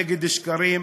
נגד שקרים,